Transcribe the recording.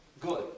good